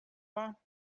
war